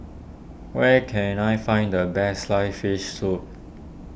where can I find the Best Sliced Fish Soup